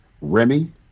remy